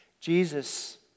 Jesus